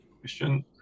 Question